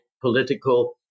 political